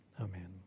amen